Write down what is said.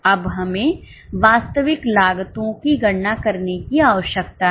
अब हमें वास्तविक लागतों की गणना करने की आवश्यकता है